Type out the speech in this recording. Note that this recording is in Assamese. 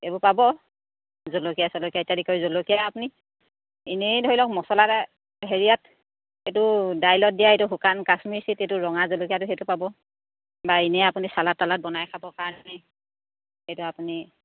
এইবোৰ পাব জলকীয়া চলকীয়া ইত্যাদি কৰি জলকীয়া আপুনি এনেই ধৰি লওক মচলা হেৰিয়াত এইটো দাইলত দিয়া এইটো শুকান কাশ্মীৰ এইটো ৰঙা জলকীয়াটো সেইটো পাব বা এনেই আপুনি চালাদ তালাদ বনাই খাবৰ কাৰণে এইটো আপুনি